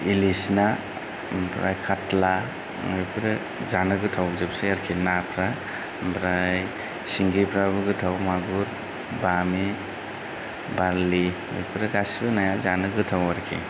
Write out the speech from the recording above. इलिस ना ओमफ्राय खाथला बेफोरो जानो गोथावजोबसै आरोखि नाफ्रा ओमफ्राय सिंगिफ्राबो गोथाव मागुर बामि बारलि बेफोरो गासिबो नाया जानो गोथाव आरोखि